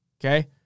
okay